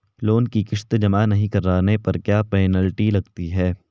Loan की किश्त जमा नहीं कराने पर क्या पेनल्टी लगती है?